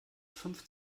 fünf